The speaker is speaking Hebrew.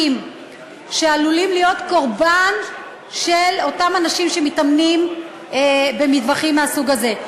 שעלולים להיות קורבן של אותם אנשים שמתאמנים במטווחים מהסוג הזה.